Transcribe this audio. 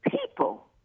people